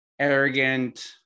Arrogant